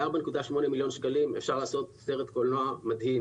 ב-4.8 מיליון שקלים אפשר לעשות סרט קולנוע מדהים.